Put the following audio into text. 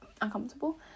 uncomfortable